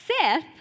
Seth